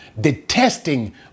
detesting